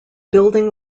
building